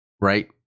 right